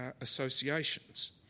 associations